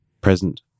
present